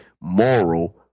moral